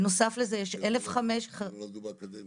בנוסף לזה יש 1,500 -- אבל הם לא למדו באקדמיה.